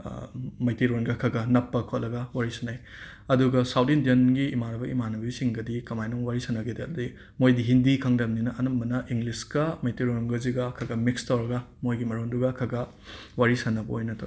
ꯃꯩꯇꯩꯔꯣꯟꯒ ꯈꯒꯒ ꯅꯞꯄ ꯈꯣꯠꯂꯒ ꯋꯥꯔꯤ ꯁꯅꯩ ꯑꯗꯨꯒ ꯁꯥꯎꯠ ꯏꯟꯗ꯭ꯌꯟꯒꯤ ꯏꯃꯥꯟꯅꯕ ꯏꯃꯥꯟꯅꯕꯤꯁꯤꯡꯒꯗꯤ ꯀꯃꯥꯏꯅ ꯑꯃꯨꯛ ꯋꯥꯔꯤ ꯁꯥꯟꯅꯒꯦꯗꯗꯤ ꯃꯣꯏꯗꯤ ꯍꯤꯟꯗꯤ ꯈꯪꯗꯝꯅꯤꯅ ꯑꯅꯝꯕꯅ ꯏꯪꯂꯤꯁꯀ ꯃꯩꯇꯩꯔꯣꯟꯒꯖꯤꯒ ꯈꯒꯒ ꯃꯤꯛꯁ ꯇꯧꯔꯒ ꯃꯣꯏꯒꯤ ꯃꯔꯣꯟꯗꯨꯒ ꯈꯒꯒ ꯋꯥꯔꯤ ꯁꯥꯟꯅꯕ ꯑꯣꯏꯅ ꯇꯧꯋꯦ